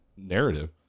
narrative